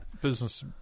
business